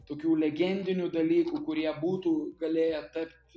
tokių legendinių dalykų kurie būtų galėję tapt